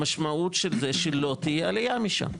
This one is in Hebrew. המשמעות של זה היא שלא תהיה עלייה משם.